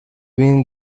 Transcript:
been